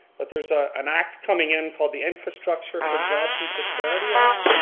but there's an act coming in called the infrastructure for jobs and prosperity act,